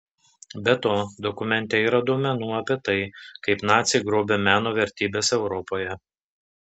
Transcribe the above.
be to dokumente yra duomenų apie tai kaip naciai grobė meno vertybes europoje